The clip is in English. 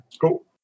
Cool